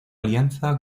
alianza